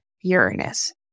Uranus